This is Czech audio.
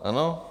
Ano?